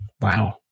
wow